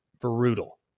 brutal